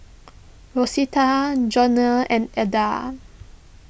Rosita Joanie and Elda